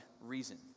reason